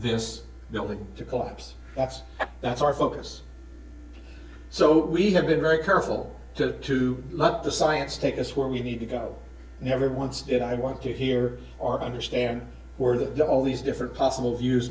this building to collapse that's that's our focus so we have been very careful to to let the science take us where we need to go and never once did i want to hear or understand where the all these different possible views